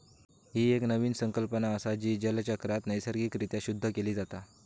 ही एक नवीन संकल्पना असा, जी जलचक्रात नैसर्गिक रित्या शुद्ध केली जाता